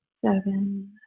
Seven